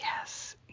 yes